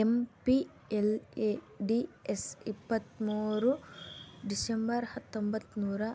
MPLADS ಇಪ್ಪತ್ತ್ಮೂರ್ December ಹತ್ತೊಂಬತ್ ನೂರಾ